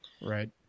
Right